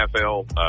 NFL